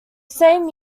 same